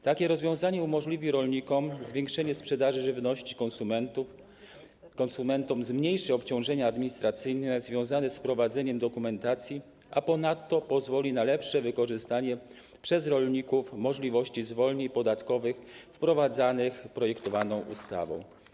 Takie rozwiązanie umożliwi rolnikom zwiększenie sprzedaży żywności konsumentom, zmniejszy obciążenia administracyjne związane z prowadzeniem dokumentacji, a ponadto pozwoli na lepsze wykorzystanie przez rolników możliwości zwolnień podatkowych wprowadzanych projektowaną ustawą.